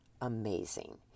amazing